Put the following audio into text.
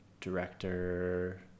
director